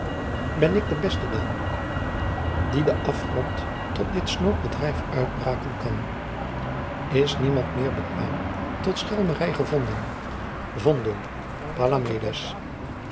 ben ik de beste dan die d'afgront tot dit snoot bedrijf uitbraken kan is niemant meer bequaem tot schelmery gevonden